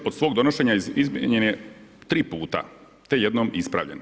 Od svog donošenja izmijenjen je tri puta te jednom ispravljen.